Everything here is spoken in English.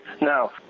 Now